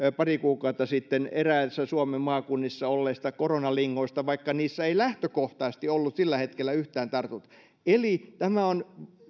pari kuukautta sitten eräissä suomen maakunnissa olleista koronalingoista vaikka niissä ei lähtökohtaisesti ollut sillä hetkellä yhtään tartuntaa eli tämä on